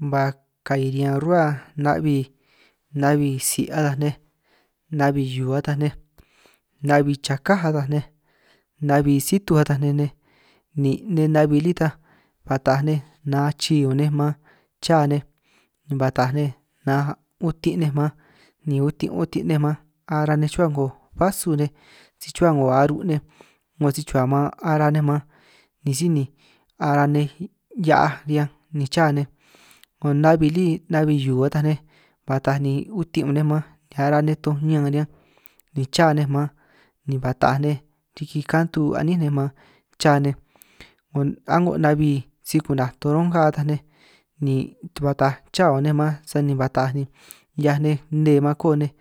Ba ka'i riñan ruhua na'bi, na'bi tsi' ataj enj, na'bi hiu ataj nej, na'bi chaká ataj nej, na'bi situj ataj nej nej, nin' nej na'bi lí ta ba taaj nej nachi un nej man cha nej ba taaj nej nanj utin' nej man ni utin' ni utin' man, ara nej chuhua 'ngo basu nej si chuhua 'ngo aru' nej 'ngo si chuhua maan ara nej man, ni síj ni ara nej hia'aj riñanj ni cha nej 'ngo na'bi lí na'bi hiu ataj nej, ba taaj ni utin' ñun nej man ni ara nej toj ñan riñanj ni cha nej man ni ba taaj nej riki kantu a'nín nej man, cha nej 'ngo a'ngo na'bi si ku'naj toronga ataj nej ni ba taaj cha nej man sani ba taaj ni'hia nej nne koo nej,